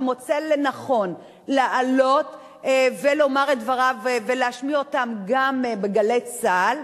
שמוצא לנכון לעלות ולומר את דבריו ולהשמיע אותם גם ב"גלי צה"ל",